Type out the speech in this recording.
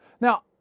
Now